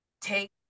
take